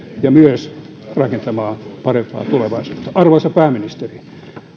ja myös rakentamaan parempaa tulevaisuutta arvoisa pääministeri